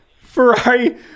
Ferrari